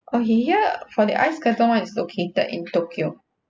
okay ya for the ice curtain one is located in tokyo